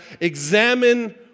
examine